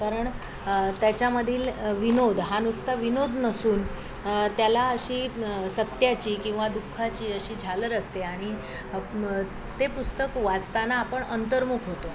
कारण त्याच्यामधील विनोद हा नुसता विनोद नसून त्याला अशी सत्याची किंवा दुःखाची अशी झालर असते आणि ते पुस्तक वाचताना आपण अंतर्मुख होतो